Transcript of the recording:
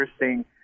interesting